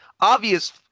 obvious